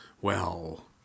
Well